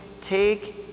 take